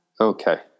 Okay